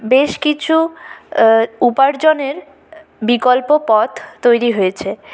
বেশ কিছু উপার্জনের বিকল্প পথ তৈরি হয়েছে